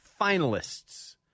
finalists